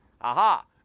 Aha